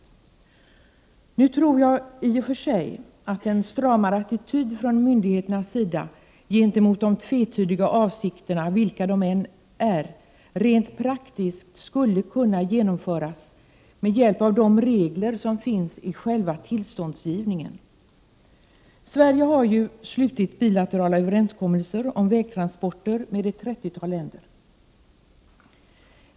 I och för sig tror jag att en stramare attityd från myndigheternas sida gentemot de tvetydiga avsikterna, vilka de än är, rent praktiskt skulle kunna intas med stöd av de regler som finns i själva tillståndsgivningen. Sverige har ju slutit bilaterala överenskommelser om vägtransporter med ett trettiotal länder.